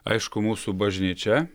aišku mūsų bažnyčia